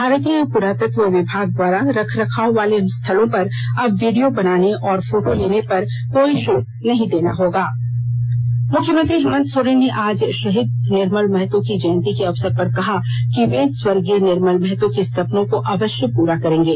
भारतीय पुरातत्व विभाग द्वारा रखरखाव वाले इन स्थलों पर अब वीडियो बनाने और फोटो लेने पर कोई शुल्क नहीं देना मुख्यमंत्री हेमंत सोरेन ने आज शहीद निर्मल महतो की जयंती के अवसर पर कहा कि वे स्वर्गीय निर्मल महतो के सपनों को अवश्य पूरा करेंगे